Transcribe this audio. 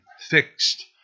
fixed